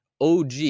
OG